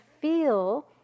feel